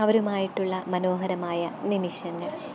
അവരുമായിട്ടുള്ള മനോഹരമായ നിമിഷങ്ങൾ